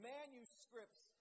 Manuscripts